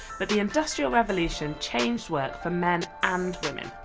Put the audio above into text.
but the industrial revolution changed work for men and women.